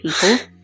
people